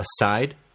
aside